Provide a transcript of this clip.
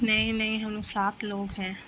نہیں نہیں ہم سات لوگ ہیں